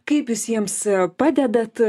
kaip jūs jiems padedat